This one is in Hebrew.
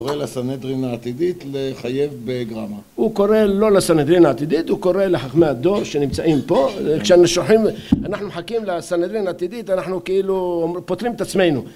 הוא קורא לסנהדרין העתידית לחייב בגרמה הוא קורא לא לסנדרין העתידית, הוא קורא לחכמי הדור שנמצאים פה כשאנחנו מחכים לסנהדרין העתידית אנחנו כאילו פותרים את עצמנו